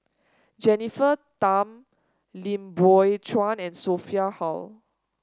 Jennifer Tham Lim Biow Chuan and Sophia Hull